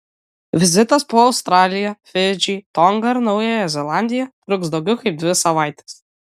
vizitas po australiją fidžį tongą ir naująją zelandiją truks daugiau kaip dvi savaites